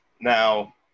now